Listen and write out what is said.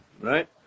right